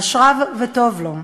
אשריו וטוב לו,